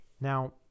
Now